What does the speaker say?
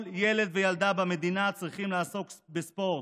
כל ילד וילדה במדינה צריכים לעסוק בספורט.